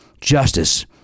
justice